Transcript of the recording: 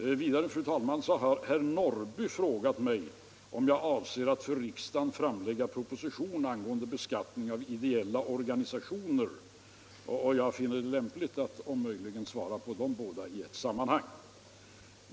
Vidare, fru talman, har herr Norrby frågat mig om jag avser att för riksdagen framlägga proposition angående beskattning av ideella organisationer. Jag finner det lämpligt att svara på de båda frågorna i ett sammanhang.